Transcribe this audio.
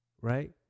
Right